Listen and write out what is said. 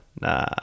nah